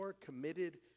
committed